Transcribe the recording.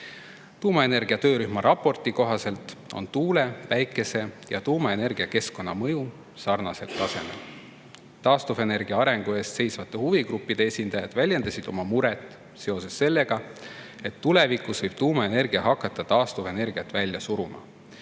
Tuumaenergia töörühma raporti kohaselt on tuule‑, päikese‑ ja tuumaenergia keskkonnamõju sarnasel tasemel. Taastuvenergia arengu eest seisvate huvigruppide esindajad väljendasid muret seoses sellega, et tulevikus võib tuumaenergia hakata taastuvenergiat välja suruma.